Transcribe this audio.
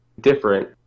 different